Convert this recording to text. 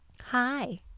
Hi